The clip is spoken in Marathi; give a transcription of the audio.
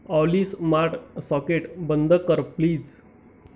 ऑली स्मार्ट सॉकेट बंद कर प्लीज